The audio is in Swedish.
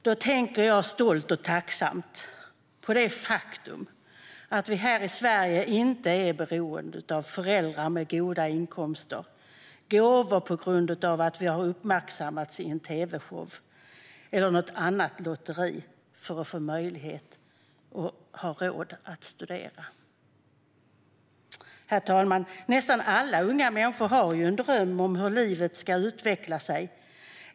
Då tänker jag stolt och tacksamt på det faktum att vi här i Sverige inte är beroende av föräldrar med goda inkomster, gåvor på grund av att vi har uppmärksammats i en tv-show eller något annat lotteri som ger möjlighet att ha råd att studera. Herr talman! Nästan alla unga människor har en dröm om hur livet ska utveckla sig.